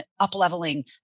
up-leveling